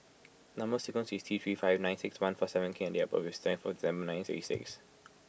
Number Sequence is T three five nine six one four seven K and date of birth is twenty four December nineteen sixty six